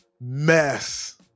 mess